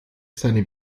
seine